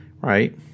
Right